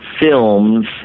Films